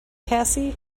cassie